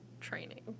training